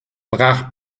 brach